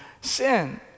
sin